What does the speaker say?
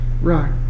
Right